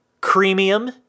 premium